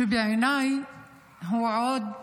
שבעיניי הוא עוד